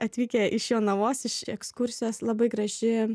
atvykę iš jonavos iš ekskursijos labai graži